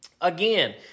again